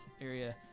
area